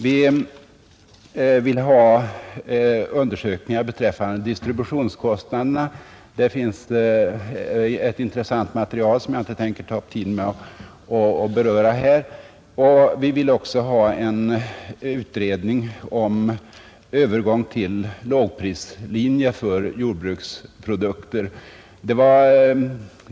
Vi vill ha undersökningar beträffande distributionskostnaderna — det finns ett intressant material, som jag inte tänker ta upp tiden med att beröra här — och vi vill också ha en utredning om övergång till lågprislinje för jordbruksprodukter.